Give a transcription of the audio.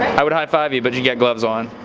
i would high-five you, but you get gloves on.